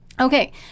Okay